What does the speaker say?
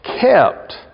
kept